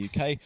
UK